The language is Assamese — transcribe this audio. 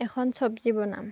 এখন চবজি বনাম